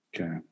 Okay